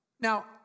Now